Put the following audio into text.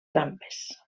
trampes